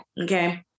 Okay